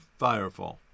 Firefall